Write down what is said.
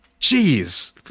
Jeez